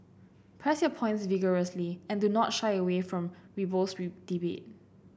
press your points vigorously and do not shy away from robust debate